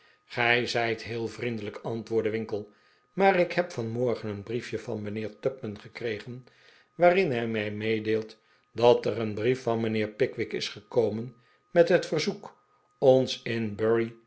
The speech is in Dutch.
gij zijt heel vriendelijk antwoordde winkle maar ik heb van morgen een brief je van mijnheer tupman gekregen waarin hij mij meedeelt dat er een brief van mijnheer pickwick is gekomen met het verzoek ons in